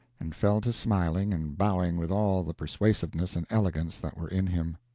and fell to smiling and bowing with all the persuasiveness and elegance that were in him.